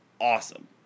awesome